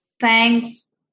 Thanks